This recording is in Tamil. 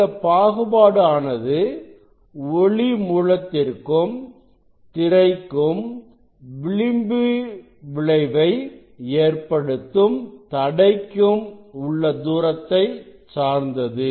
இந்தப் பாகுபாடு ஆனது ஒளி மூலத்திற்கும் திரைக்கும் விளிம்பு விளைவை ஏற்படுத்தும் தடைக்கும் உள்ள தூரத்தை சார்ந்தது